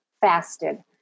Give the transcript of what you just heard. fasted